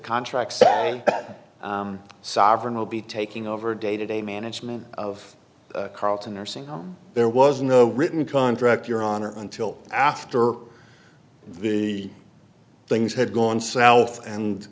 contract that sovereign will be taking over day to day management of carlton nursing home there was no written contract your honor until after the things had gone south and